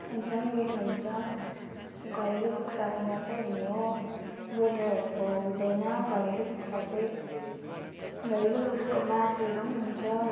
एकदमै मिठो हुन्छ घरेलु कुखुराको मात्रै हुने हो ब्रोइलरहरूको हुँदैन घरेलु कुखुरा चाहिँ घरेलु कुखुराको मासहरू पनि हुन्छ